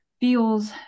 feels